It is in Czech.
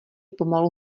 pomalu